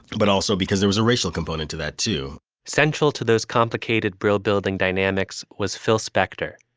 but also because there was a racial component to that too central to those complicated brill building dynamics was phil spector.